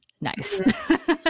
nice